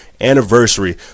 anniversary